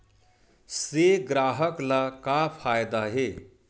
से ग्राहक ला का फ़ायदा हे?